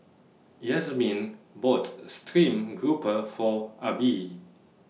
Yazmin bought Stream Grouper For Abie